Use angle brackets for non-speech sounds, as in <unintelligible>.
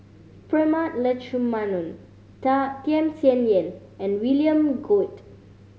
Prema Letchumanan <unintelligible> Tham Sien Yen and William Goode